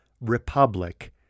republic